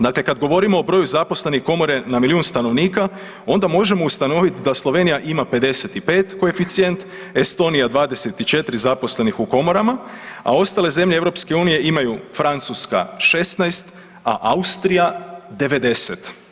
Dakle, kada govorimo o broju zaposlenih komore na milijun stanovnika onda možemo ustanoviti da Slovenija ima 55 koeficijent, Estonija 24 zaposlenih u komorama, a ostale zemlje Europske unije imaju Francuska 16 a Austrija 90.